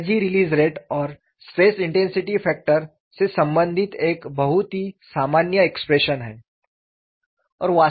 यह energy release rate और stress intensity factor से संबंधित एक बहुत ही सामान्य एक्सप्रेशन है